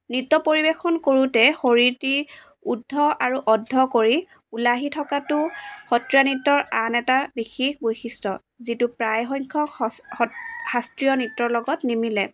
নৃত্য পৰিৱেশন কৰোতে শৰীৰটি উদ্ধ আৰু অদ্ধ কৰি ওলাই আহি থকাটো সত্ৰীয়া নৃত্যৰ আন এটা বিশেষ বৈশিষ্ট্য যিটো প্ৰায় সংখ্যক শ শাস্ত্ৰীয় নৃত্যৰ লগত নিমিলে